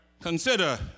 Consider